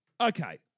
Okay